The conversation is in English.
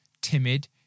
timid